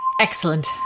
Excellent